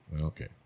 Okay